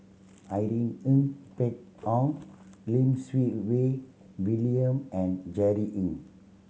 Irene Ng Phek Hoong Lim Siew Wai William and Jerry Ng